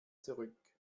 zurück